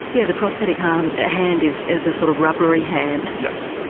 yeah, the prosthetic um ah hand is is a sort of rubbery hand. yes.